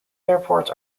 airports